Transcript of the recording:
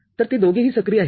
तर ते दोघेही सक्रीय आहेत